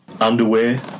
Underwear